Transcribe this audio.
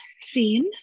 scene